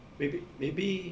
maybe maybe